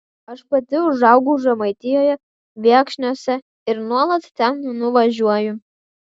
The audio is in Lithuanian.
aš pati užaugau žemaitijoje viekšniuose ir nuolat ten nuvažiuoju